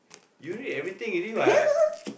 you read everything already what